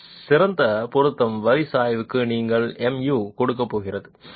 இந்த சிறந்த பொருத்தம் வரி சாய்வு நீங்கள் mu கொடுக்க போகிறது